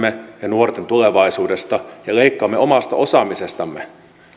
ja nuorten tulevaisuudesta ja leikkaamme omasta osaamisestamme